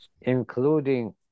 including